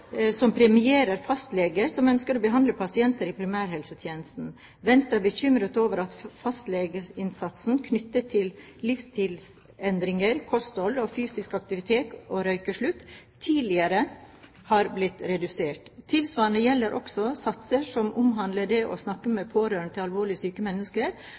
som premierer fastleger som ønsker å behandle pasienter i primærhelsetjenesten. Venstre er bekymret over at fastlegesatsene knyttet til livsstilsendringer, kosthold, fysisk aktivitet og røykeslutt tidligere har blitt redusert. Tilsvarende gjelder også satsen som omhandler det å snakke med pårørende til alvorlig syke mennesker,